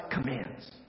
commands